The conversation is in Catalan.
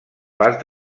pas